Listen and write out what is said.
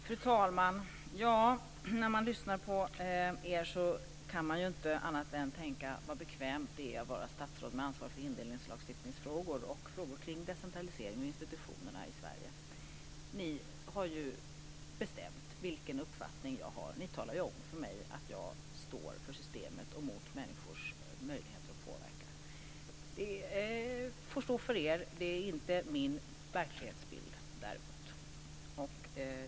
Fru talman! När man lyssnar på er kan man inte annat än tänka: Vad bekvämt det är att vara statsråd med ansvar för indelningslagstiftningsfrågor och frågor kring decentralisering av institutionerna i Sverige. Ni har ju bestämt vilken uppfattning jag har. Ni talar om för mig att jag står för systemet och mot människors möjlighet att påverka. Det får stå för er, det är däremot inte min verklighetsbild.